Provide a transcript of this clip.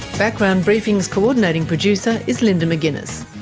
background briefing's co-ordinating producer is linda mcginness,